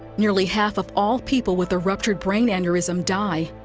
nearly half of all people with a ruptured brain aneurysm die.